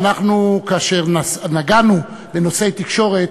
כאשר נגענו בנושאי תקשורת,